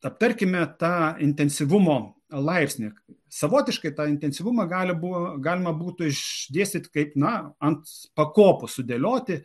aptarkime tą intensyvumo laipsnį savotiškai tą intensyvumą galim buvo galima būtų išdėstyt kaip na ant pakopų sudėlioti